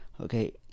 Okay